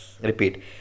Repeat